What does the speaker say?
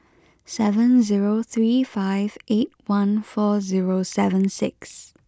seven zero three five eight one four zero seven six